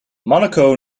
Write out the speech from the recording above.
monaco